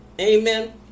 Amen